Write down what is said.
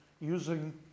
using